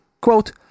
Quote